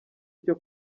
icyo